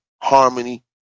harmony